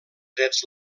drets